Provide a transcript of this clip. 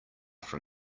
from